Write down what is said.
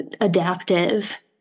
adaptive